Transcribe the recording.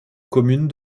commune